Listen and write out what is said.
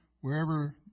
Wherever